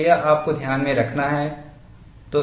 तो यह आपको ध्यान में रखना है